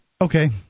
Okay